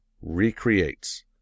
recreates